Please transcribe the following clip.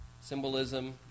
symbolism